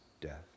death